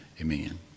Amen